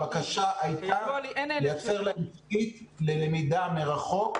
הבקשה הייתה לייצר להם תשתית ללמידה מרחוק.